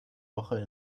woche